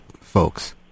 folks